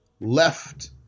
left